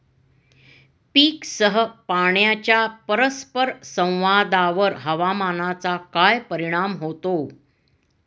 पीकसह पाण्याच्या परस्पर संवादावर हवामानाचा काय परिणाम होतो?